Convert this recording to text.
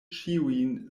ĉiujn